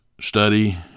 study